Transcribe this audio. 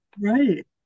Right